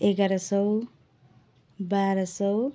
एघार सौ बाह्र सौ